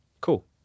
cool